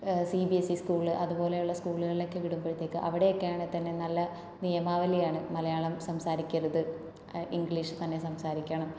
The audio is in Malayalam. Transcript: C B S E school അതുപോലുള്ള സ്കൂളുകളിലൊക്കെ വിടുമ്പോഴത്തേക്ക് അവിടെയൊക്കെ തന്നെ നല്ല നിയമാവലിയാണ് മലയാളം സംസാരിക്കരുത് ഇംഗ്ലീഷ് തന്നെ സംസാരിക്കണം